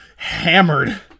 hammered